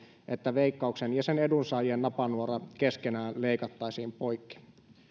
että veikkauksen ja sen edunsaajien napanuora keskenään leikattaisiin poikki